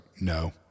no